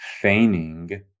feigning